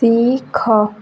ଶିଖ